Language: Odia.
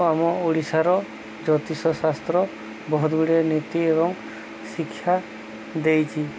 ଆମ ଓଡ଼ିଶାର ଜ୍ୟୋତିଷଶାସ୍ତ୍ର ବହୁତ ଗୁଡ଼ିଏ ନୀତି ଏବଂ ଶିକ୍ଷା ଦେଇଛି